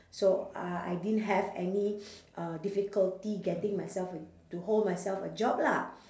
so uh I didn't have any uh difficulty getting myself a to hold myself a job lah